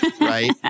Right